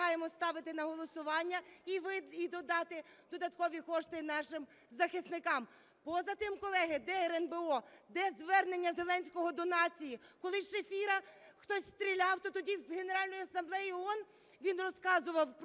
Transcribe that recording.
вимагаємо ставити на голосування. І додати додаткові кошти нашим захисникам. Позатим, колеги, де РНБО? Де звернення Зеленського до нації? Коли у Шефіра хтось стріляв, то тоді з Генеральної Асамблеї ООН він розказував про